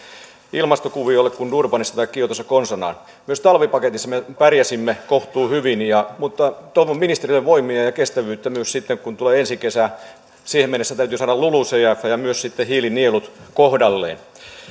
ilmastokuviolle kuin durbanissa tai kiotossa konsanaan myös talvipaketissa me pärjäsimme kohtuu hyvin mutta toivon ministerille voimia ja ja kestävyyttä myös sitten kun tulee ensi kesä siihen mennessä täytyy saada lulucf ja myös sitten hiilinielut kohdalleen